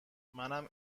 منم